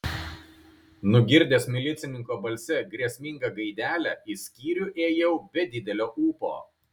nugirdęs milicininko balse grėsmingą gaidelę į skyrių ėjau be didelio ūpo